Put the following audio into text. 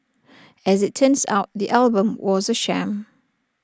as IT turns out the album was A sham